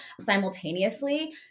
simultaneously